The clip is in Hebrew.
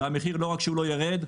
ולא רק שהמחיר לא ירד,